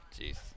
Jeez